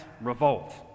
revolt